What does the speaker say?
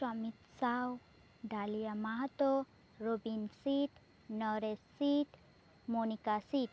Samit Sau Dalia Mahato Robin Sit Naresh Sit Monika seat